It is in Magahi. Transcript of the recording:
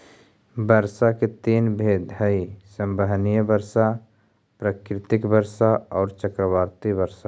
वर्षा के तीन भेद हई संवहनीय वर्षा, पर्वतकृत वर्षा औउर चक्रवाती वर्षा